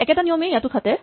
একেটা নিয়মেই ইয়াটো খাটে